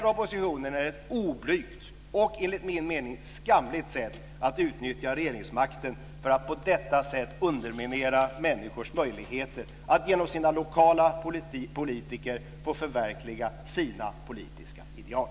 Propositionen är ett oblygt och, enligt min mening, skamligt sätt att utnyttja regeringsmakten för att på detta sätt underminera människors möjligheter att genom sina lokala politiker få förverkliga sina politiska ideal.